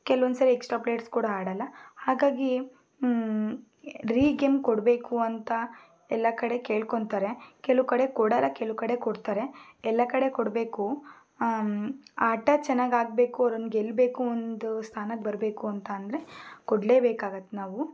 ಕೆಲವೊಂದು ಸರಿ extra players ಕೂಡ ಆಡಲ್ಲ ಹಾಗಾಗಿ ರೀಗೇಮ್ ಕೊಡಬೇಕು ಅಂತ ಎಲ್ಲ ಕಡೆ ಕೇಳ್ಕೊತಾರೆ ಕೆಲವು ಕಡೆ ಕೊಡಲ್ಲ ಕೆಲವು ಕಡೆ ಕೊಡ್ತಾರೆ ಎಲ್ಲ ಕಡೆ ಕೊಡಬೇಕು ಆಟ ಚೆನ್ನಾಗಿ ಆಗಬೇಕು ಅವರನ್ನ ಗೆಲ್ಲಬೇಕು ಒಂದು ಸ್ಥಾನಕ್ಕೆ ಬರಬೇಕು ಅಂತ ಅಂದರೆ ಕೊಡಲೇ ಬೇಕಾಗತ್ತೆ ನಾವು